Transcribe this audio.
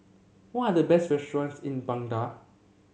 what are the best restaurants in Baghdad